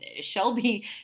Shelby